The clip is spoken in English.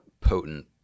potent